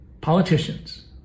politicians